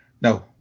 no